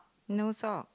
no sock